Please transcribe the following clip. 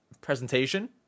presentation